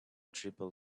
tribal